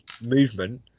movement